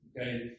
Okay